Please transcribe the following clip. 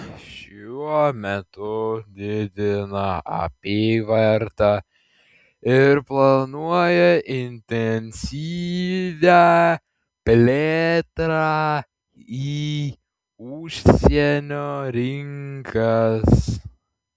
šiuo metu didina apyvartą ir planuoja intensyvią plėtrą į užsienio rinkas